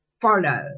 follow